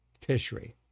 Tishri